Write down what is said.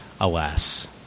alas